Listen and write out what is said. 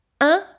un